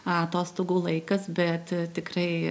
atostogų laikas bet tikrai